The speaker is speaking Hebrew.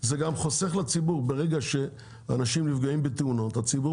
חוסך לציבור: ברגע שאנשים נפגעים בתאונות הציבור